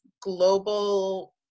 global